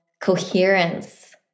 coherence